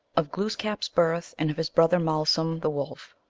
of glooskap s birth, and of his brother malsum the wolf.